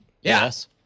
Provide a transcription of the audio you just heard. Yes